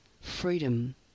Freedom